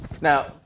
Now